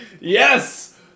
yes